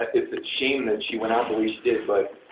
it's a shame that she went out the way she did but,